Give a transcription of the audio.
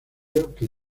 que